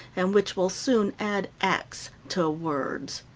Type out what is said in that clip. and which will soon add acts to words.